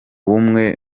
bumwe